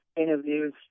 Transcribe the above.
interviews